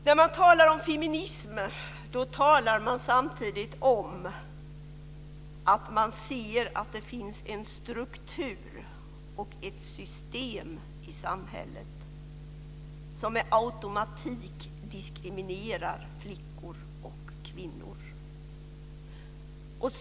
När man talar om feminism talar man samtidigt om att man ser att det finns en struktur och ett system i samhället som med automatik diskriminerar flickor och kvinnor.